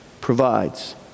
provides